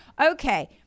Okay